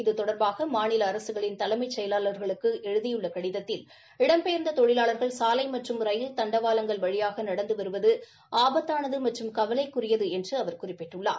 இது தொடர்பாக மாநில அரசுகளின் தலைமைச் செயலாளர்களுக்கு எழுதியுள்ள கடிதத்தில் இடம் பெயர்ந்த தொழிலாளர்கள் சாலை மற்றும் ரயில் தண்டவாளங்கள் வழியாக நடந்து வருவது ஆபத்தானது மற்றும் கவலைக்குரிது என்று குறிப்பிட்டுள்ளார்